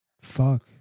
Fuck